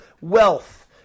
Wealth